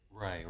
Right